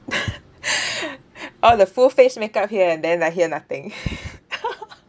oh the full face makeup here and then like here nothing